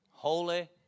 Holy